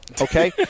okay